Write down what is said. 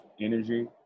energy